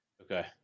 Okay